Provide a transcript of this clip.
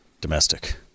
domestic